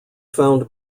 found